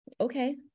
Okay